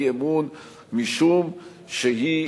להביע בה אי-אמון משום שהיא,